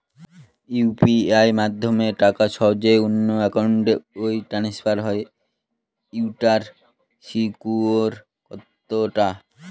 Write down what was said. UPI মাধ্যমে টাকা সহজেই অন্যের অ্যাকাউন্ট ই ট্রান্সফার হয় এইটার সিকিউর কত টা?